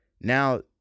now